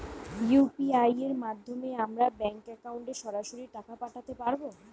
UPI এর মাধ্যমে আমরা ব্যাঙ্ক একাউন্টে সরাসরি টাকা পাঠাতে পারবো?